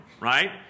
Right